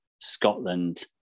Scotland